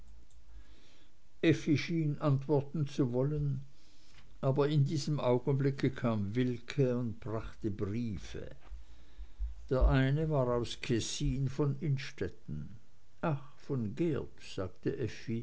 schien antworten zu wollen aber in diesem augenblick kam wilke und brachte briefe der eine war aus kessin von innstetten ach von geert sagte